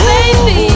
Baby